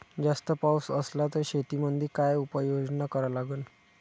जास्त पाऊस असला त शेतीमंदी काय उपाययोजना करा लागन?